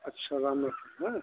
अच्छा राम ल न